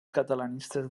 catalanistes